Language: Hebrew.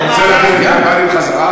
אתה רוצה להעביר את עיר הבה"דים חזרה?